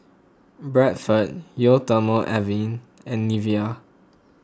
Bradford Eau thermale Avene and Nivea